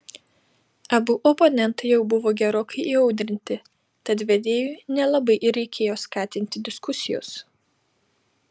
abu oponentai jau buvo gerokai įaudrinti tad vedėjui nelabai ir reikėjo skatinti diskusijos